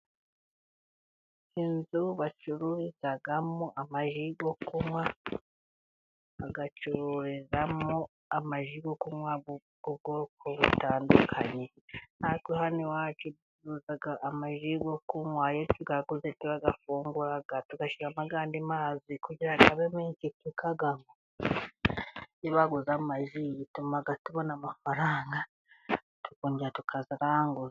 Inzu bacururizamo amaji yo kunywa, bagacururizamo amaji yo kunywa y'ubwoko butandukanye, natwe hano iwacu ducuruza amaji yo kunywa, iyo tuyaguze turayafungura tugashyiramo andi mazi, kugira ngo abe menshi, tukayanywa, iyo baguze amazi bituma tubona amafaranga tukongera tukazaranguza.